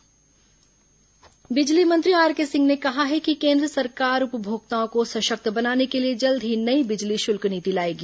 बिजली शुल्क नीति बिजली मंत्री आरके सिंह ने कहा है कि केन्द्र सरकार उपभोक्ताओं को सशक्त बनाने के लिए जल्द ही नई बिजली शुल्क नीति लाएगी